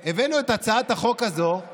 יציג את הצעת החוק חבר הכנסת מכלוף מיקי זוהר.